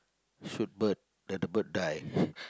shoot bird then the bird die